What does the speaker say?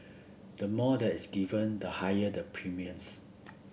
the more that is given the higher the premiums